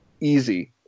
Easy